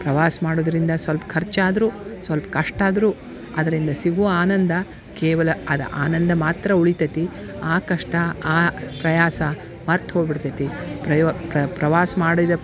ಪ್ರವಾಸ ಮಾಡೋದರಿಂದ ಸೊಲ್ಪ ಖರ್ಚ್ ಆದರೂ ಸೊಲ್ಪ ಕಷ್ಟ ಆದರೂ ಅದರಿಂದ ಸಿಗುವ ಆನಂದ ಕೇವಲ ಅದು ಆನಂದ ಮಾತ್ರ ಉಳಿತೈತಿ ಆ ಕಷ್ಟ ಆ ಪ್ರಯಾಸ ಮರೆತು ಹೋಗ್ಬಿಡ್ತೈತಿ ಪ್ರಯೋ ಪ್ರವಾಸ ಮಾಡಿದ